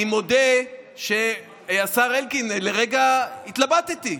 אני מודה, השר אלקין, שלרגע התלבטתי.